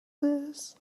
this